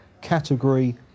category